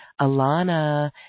Alana